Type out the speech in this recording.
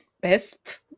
best